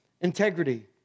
integrity